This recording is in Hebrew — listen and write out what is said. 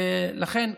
לכן,